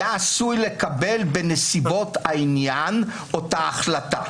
היה עשוי לקבל בנסיבות העניין אותה החלטה.